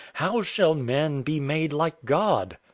how shall men be made like god?